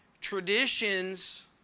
traditions